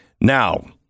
Now